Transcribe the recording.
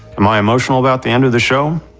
am i emotional about the end of the show?